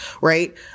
right